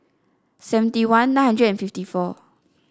seventy one nine hundred and fifty four